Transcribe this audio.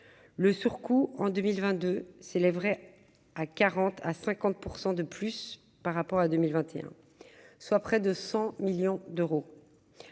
Le surcoût, en 2022, serait de 40 % à 50 % par rapport à 2021, soit près de 100 millions d'euros.